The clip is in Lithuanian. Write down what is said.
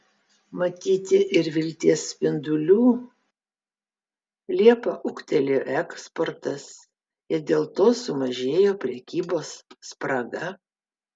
matyti ir vilties spindulių liepą ūgtelėjo eksportas ir dėl to sumažėjo prekybos spraga